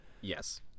Yes